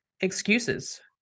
excuses